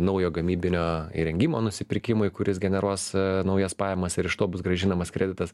naujo gamybinio įrengimo nusipirkimui kuris generuos naujas pajamas ir iš to bus grąžinamas kreditas